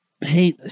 Hey